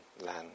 land